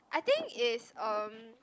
I think is uh